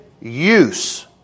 use